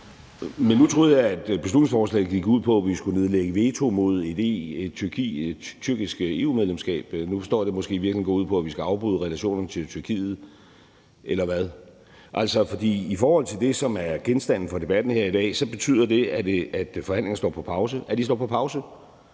Men nu troede jeg, at beslutningsforslaget gik ud på, at vi skulle nedlægge veto mod et tyrkisk EU-medlemskab. Nu forstår jeg, at det måske i virkeligheden går ud på, at vi skal afbryde relationerne til Tyrkiet – eller hvad? For i forhold til det, som er genstand for debatten her i dag, betyder det, at forhandlingerne står på pause; at der ikke åbnes